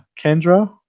Kendra